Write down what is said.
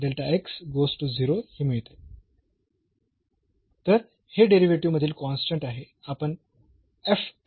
तर हे डेरिव्हेटिव्ह मधील कॉन्स्टंट आहे आपण पाहिले आहे